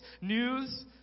news